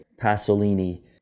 Pasolini